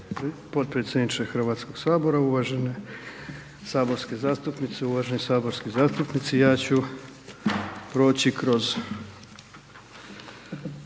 potpredsjedniče Hrvatskog sabora. Uvažene saborske zastupnice, uvaženi saborski zastupnici. Ja ću proći kroz